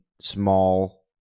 small